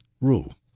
rule